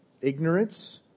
ignorance